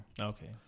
Okay